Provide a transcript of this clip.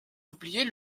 oublier